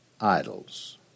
idols